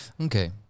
okay